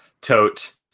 tote